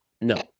No